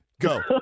Go